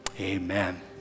Amen